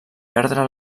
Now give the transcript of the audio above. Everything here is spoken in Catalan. perdre